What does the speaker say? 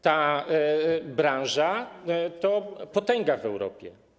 Ta branża to potęga w Europie.